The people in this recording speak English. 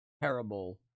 terrible